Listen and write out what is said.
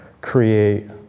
create